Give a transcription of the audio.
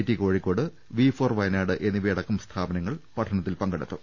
T Kozhikode V four Wayanad എന്നിവയ ടക്കം സ്ഥാപനങ്ങൾ പഠനത്തിൽ പങ്കെടുത്തു